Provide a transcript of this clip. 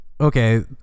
okay